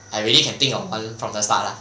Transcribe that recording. I already can think of one from the start lah